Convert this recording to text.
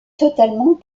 totalement